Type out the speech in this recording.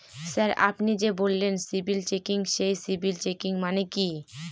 Sir আপনি যে বললেন সিবিল চেকিং সেই সিবিল চেকিং মানে কি?